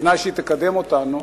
בתנאי שהיא תקדם אותנו,